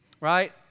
Right